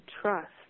trust